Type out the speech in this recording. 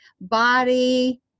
body